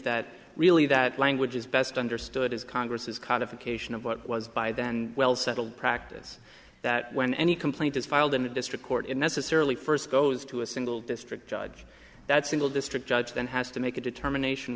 that really that language is best understood as congresses codification of what was by then well settled practice that when any complaint is filed in a district court in necessarily first goes to a single district judge that single district judge then has to make a determination